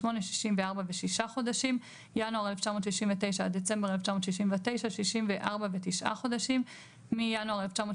64 ו-6 חודשים ינואר 1969 עד דצמבר 1969 64 ו-9 חודשים ינואר 1970